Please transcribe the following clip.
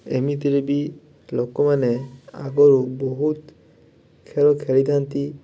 ଏମିତିରେ ବି ଲୋକମାନେ ଆଗରୁ ବହୁତ ଖେଳ ଖେଳିଥାନ୍ତି